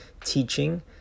teaching